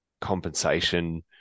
compensation